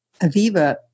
Aviva